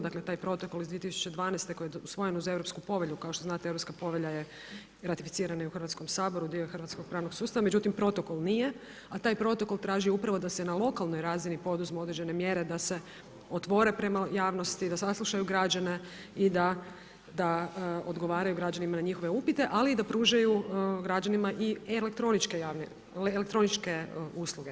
Dakle, taj protokol iz 2012. koji je usvojen uz Europsku povelju, kao što znate, Europska povelja je ratificirana i u Hrvatskom saboru, dio je hrvatskog pravnog sustava međutim protokol nije, a taj protokol traži upravo da se na lokalnoj razini poduzmu određene mjere, da se otvore prema javnosti, da saslušaju građane i da odgovaraju građanima na njihove upite ali i da pružaju građanima i elektroničke usluga.